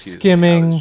skimming